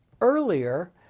earlier